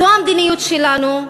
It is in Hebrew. זו המדיניות שלנו,